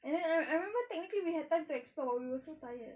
and then I remember technically we had time to explore but we were so tired